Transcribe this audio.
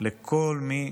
לכל מי